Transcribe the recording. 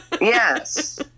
Yes